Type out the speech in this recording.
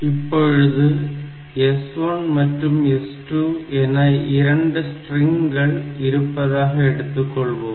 இப்பொழுது S1 மற்றும் S2 என 2 ஸ்ட்ரிங்கள் இருப்பதாக எடுத்துக்கொள்வோம்